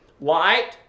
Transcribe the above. light